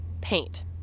paint